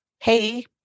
hey